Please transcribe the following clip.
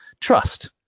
trust